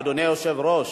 אדוני היושב-ראש,